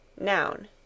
Noun